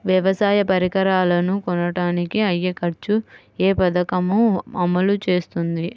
వ్యవసాయ పరికరాలను కొనడానికి అయ్యే ఖర్చు ఏ పదకము అమలు చేస్తుంది?